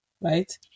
right